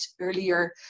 earlier